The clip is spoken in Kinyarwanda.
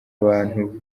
abantu